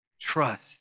trust